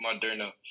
Moderna